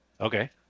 okay